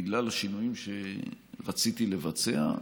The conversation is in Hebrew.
בגלל שינויים שרציתי לבצע,